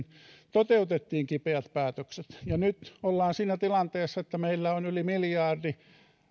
toteutettiin kipeät päätökset ne on toteutettu nyt ollaan siinä tilanteessa että meillä on yli miljardi